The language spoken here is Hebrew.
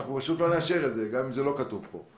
אנחנו פשוט לא נאשר את זה גם אם זה לא כתוב פה.